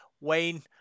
Wayne